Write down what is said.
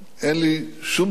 אין לי שום ספק,